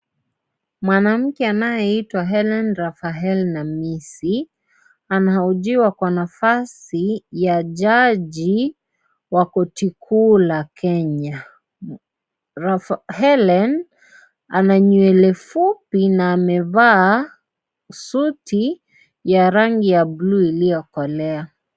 Mwanamke anayeitwa Hellen Raphael Namisi anahojiwa kwa nafasi ya jaji wa koti kuu la Kenya. Hellen ana nywele fupi na amevaa suti ya rangi ya bluu iliyokolea.